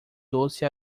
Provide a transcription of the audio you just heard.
doce